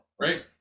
right